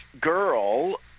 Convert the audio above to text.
girl